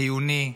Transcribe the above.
חיוני,